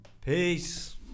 Peace